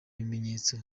ibimenyetso